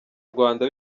rwanda